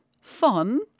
fun